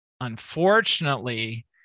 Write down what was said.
unfortunately